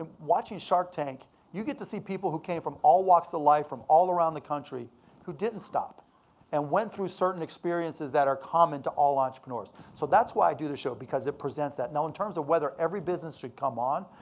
watching shark tank, you get to see people who came from all walks of life, from all around the country who didn't stop and went through certain experiences that are common to all entrepreneurs. so that's why i do the show, because it presents that. now in terms of whether every business should come on,